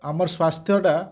ଆମର୍ ସ୍ଵାସ୍ଥ୍ୟଟା